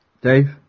Dave